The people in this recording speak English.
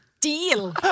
deal